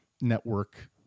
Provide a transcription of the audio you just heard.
network